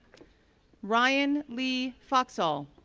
ryan lee foxall,